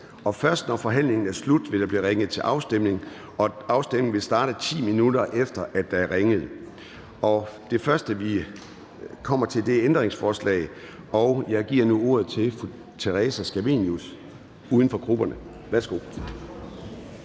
først når forhandlingen er slut, vil der blive ringet til afstemning. Afstemningen starter, 10 minutter efter at der er ringet. Jeg giver nu ordet til fru Theresa Scavenius, uden for grupperne. Værsgo.